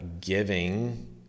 giving